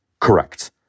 Correct